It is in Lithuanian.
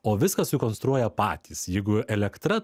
o viską sukonstruoja patys jeigu elektra